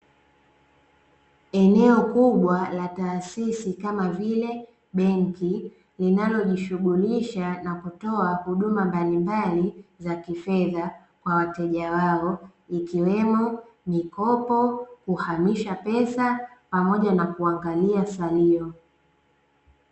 Eneo kubwa la taasisi kama vile benki, linalojishughulisha na kutoa huduma mbalimbali za kifedha kwa wateja wao ikiwemo; mikopo, kuhamisha pesa pamoja na kuangalia salio.